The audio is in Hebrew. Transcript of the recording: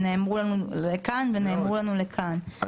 נאמר לנו לכאן ונאמר לנו לכאן,